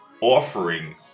offering